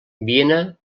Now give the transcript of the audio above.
viena